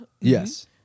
yes